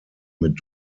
mit